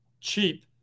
cheap